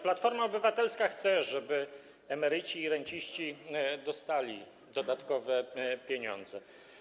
Platforma Obywatelska chce, żeby emeryci i renciści dostali dodatkowe pieniądze.